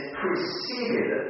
preceded